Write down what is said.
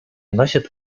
носит